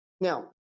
Now